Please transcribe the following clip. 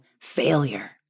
failure